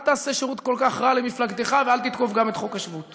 אל תעשה שירות כל כך רע למפלגתך ואל תתקוף גם את חוק השבות.